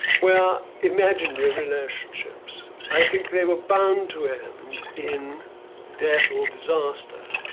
were imaginary relationships. i think they were bound to end in death or disaster.